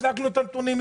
בדקנו את הנתונים,